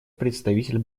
представитель